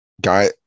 guy